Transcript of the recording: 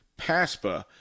PASPA